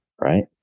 right